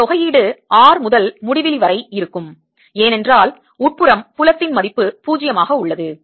இந்த தொகையீடு R முதல் முடிவிலி வரை இருக்கும் ஏனென்றால் உட்புறம் புலத்தின் மதிப்பு 0 ஆக உள்ளது